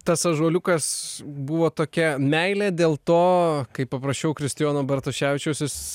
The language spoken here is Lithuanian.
tas ąžuoliukas buvo tokia meilė dėl to kaip paprašiau kristijono bartoševičiaus jis